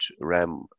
ram